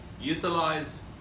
utilize